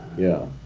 yeah.